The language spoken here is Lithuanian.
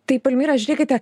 tai palmyra žiūrėkite